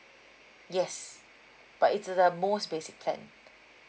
yes but it's the most basic plan